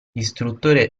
istruttore